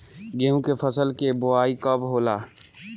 गेहूं के फसल के बोआई कब होला?